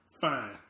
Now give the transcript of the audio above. Fine